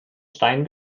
stein